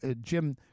Jim